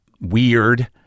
weird